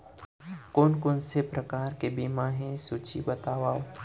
कोन कोन से प्रकार के बीमा हे सूची बतावव?